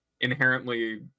inherently